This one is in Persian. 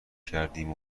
کردیم